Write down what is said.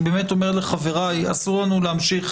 ואני אומר לחבריי שאסור לנו להמשיך